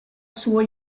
suo